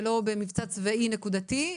ולא במבצע צבאי נקודתי,